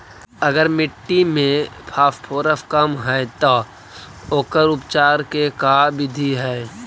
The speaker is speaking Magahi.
अगर मट्टी में फास्फोरस कम है त ओकर उपचार के का बिधि है?